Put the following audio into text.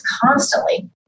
constantly